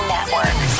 Network